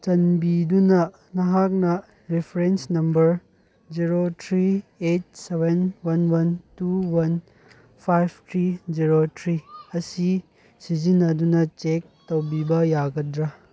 ꯆꯥꯟꯕꯤꯗꯨꯅ ꯅꯍꯥꯛꯅ reference number zero three eight seven one one two one five three zero three ꯑꯁꯤ ꯁꯤꯖꯤꯟꯅꯗꯨꯅ check ꯇꯧꯕꯤꯕ ꯌꯥꯒꯗ꯭ꯔꯥ